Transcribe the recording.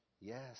Yes